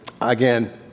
Again